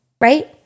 Right